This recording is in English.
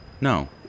No